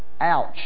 Ouch